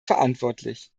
verantwortlich